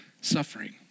suffering